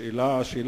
שאלה לשר.